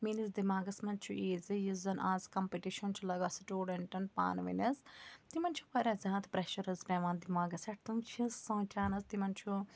میٛٲنِس دٮ۪ماغَس منٛز چھُ یہ زِ یُس زَن آز کَمپِٹِشَن چھُ لَگان سٹوٗڈَنٹَن پانہٕ ؤنۍ حظ تِمَن چھُ واریاہ زیادٕ پریشَر حظ پٮ۪وان دٮ۪ماغَس پٮ۪ٹھ تم چھِ سونٛچان حظ تِمَن چھُ